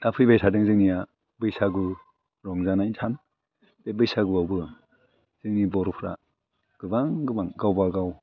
दा फैबाय थादों जोंनिया बैसागु रंजानाय सान बे बैसागुआवबो जोंनि बर'फ्रा गोबां गोबां गावबागाव